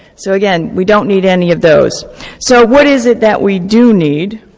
so again, we don't need any of those so what is it that we do need?